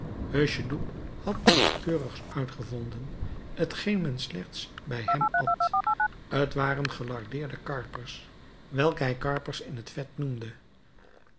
hucheloup had iets keurigs uitgevonden t geen men slechts bij hem at t waren gelardeerde karpers welke hij karpers in het vet noemde